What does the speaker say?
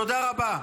תודה רבה.